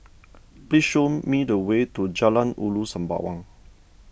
please show me the way to Jalan Ulu Sembawang